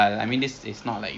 so ya